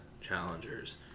challengers